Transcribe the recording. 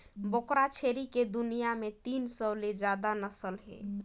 बोकरा छेरी के दुनियां में तीन सौ ले जादा नसल हे